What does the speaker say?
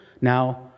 now